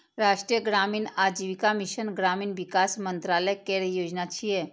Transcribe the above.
राष्ट्रीय ग्रामीण आजीविका मिशन ग्रामीण विकास मंत्रालय केर योजना छियै